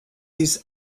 these